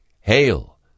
hail